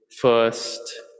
first